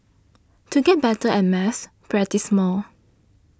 to get better at maths practise more